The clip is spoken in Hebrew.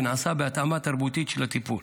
ונעשה בהתאמה תרבותית של הטיפול.